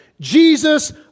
Jesus